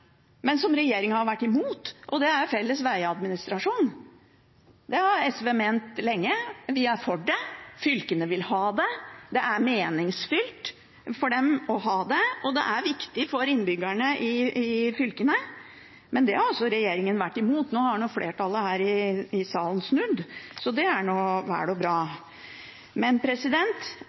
men som regjeringen har vært imot. Det er felles vegadministrasjon. Det har SV ment lenge at vi skal ha. Vi er for det, fylkene vil ha det, det er meningsfylt for dem å ha det, og det viktig for innbyggerne i fylkene. Men det har regjeringen vært imot. Nå har flertallet her i salen snudd, og det er vel og bra. Men